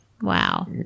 Wow